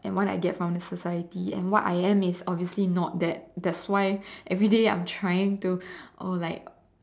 and what I get from the society and what I am is obviously not that that's why everyday I'm trying to oh like